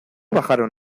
bajaron